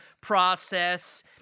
process